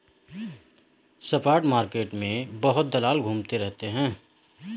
spot market में बहुत दलाल घूमते रहते हैं